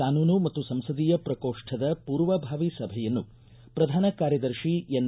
ಕಾನೂನು ಮತ್ತು ಸಂಸದೀಯ ಪ್ರಕೋಪ್ಠದ ಪೂರ್ವಭಾವಿ ಸಭೆಯನ್ನು ಪ್ರಧಾನ ಕಾರ್ಯದರ್ಶಿ ಎನ್